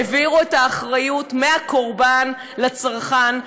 העבירו את האחריות מהקורבן לצרכן,